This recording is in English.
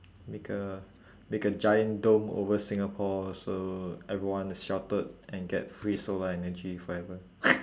make a make a giant dome over singapore so everyone is sheltered and get free solar energy forever